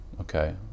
Okay